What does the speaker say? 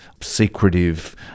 secretive